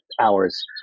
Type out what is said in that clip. hours